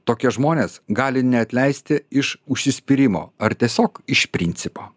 tokie žmonės gali neatleisti iš užsispyrimo ar tiesiog iš principo